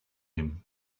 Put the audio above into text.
him